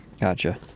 Gotcha